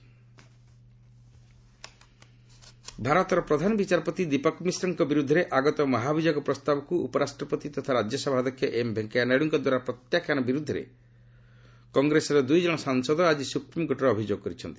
SC impeachment ଭାରତର ପ୍ରଧାନ ବିଚାରପତି ଦୀପକ ମିଶ୍ରଙ୍କ ବିରୁଦ୍ଧରେ ଆଗତ ମହାଭିଯୋଗ ପ୍ରସ୍ତାବକୁ ଉପରାଷ୍ଟ୍ରପତି ତଥା ରାଜ୍ୟସଭା ଅଧ୍ୟକ୍ଷ ଏମ୍ ଭେଙ୍କିୟା ନାଇଡ୍ଙ୍କଦ୍ୱାରା ପ୍ରତ୍ୟାଖ୍ୟାନ ବିର୍ଦ୍ଧରେ କଂଗ୍ରେସର ଦ୍ରଇ ଜଣ ସାଂସଦ ଆକି ସୁପ୍ରିମ୍କୋର୍ଟରେ ଅଭିଯୋଗ କରିଛନ୍ତି